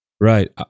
Right